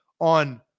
on